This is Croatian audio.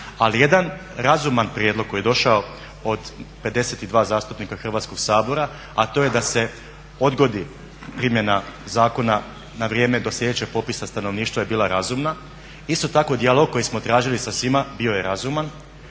ali jedan razuman prijedlog koji je došao od 52 zastupnika Hrvatskog sabora a to je da se odgodi primjena zakona na vrijeme do slijedećeg popisa stanovništva je bila razumna, isto tako dijalog koji smo tražili sa svima bio je razuman,